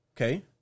Okay